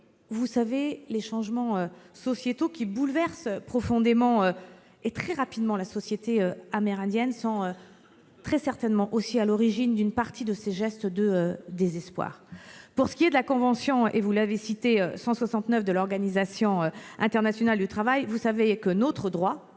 vous le savez, les changements sociétaux qui bouleversent profondément et très rapidement la société amérindienne sont très certainement à l'origine d'une partie de ces gestes de désespoir. En ce qui concerne la convention 169 de l'Organisation internationale du travail, vous savez que notre droit